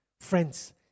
friends